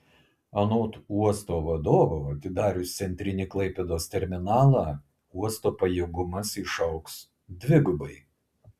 anot uosto vadovo atidarius centrinį klaipėdos terminalą uosto pajėgumas išaugs dvigubai